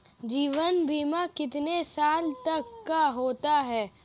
जीवन बीमा कितने साल तक का होता है?